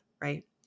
right